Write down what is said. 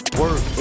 work